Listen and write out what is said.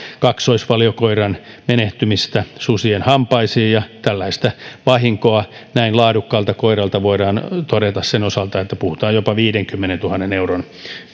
kaksoisvaliokoiran menehtymisestä susien hampaisiin ja tällaisesta vahingosta näin laadukkaan koiran osalta voidaan todeta että puhutaan jopa viidenkymmenentuhannen euron